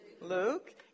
Luke